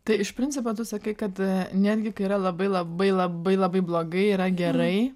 tai iš principo tu sakai kad netgi kai yra labai labai labai labai blogai yra gerai